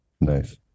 Nice